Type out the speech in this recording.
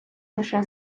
лише